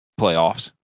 playoffs